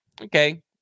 Okay